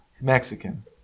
Mexican